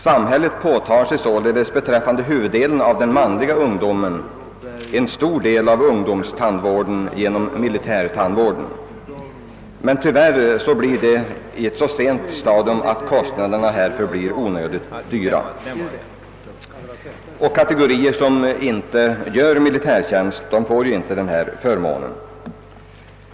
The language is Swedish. Samhället påtar sig således beträffande huvuddelen av den manliga ungdomen en stor del av tandvården genom militärtandvården, tyvärr på ett så sent stadium att det blivit onödigt dyrt att laga skadorna. Och de kategorier som inte gör militärtjänst får inte denna förmån.